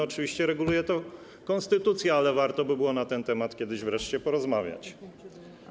Oczywiście reguluje to konstytucja, ale warto by było na ten temat kiedyś wreszcie porozmawiać.